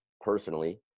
personally